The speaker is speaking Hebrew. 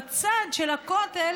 בצד של הכותל,